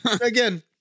Again